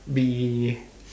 be